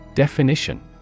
Definition